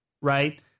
right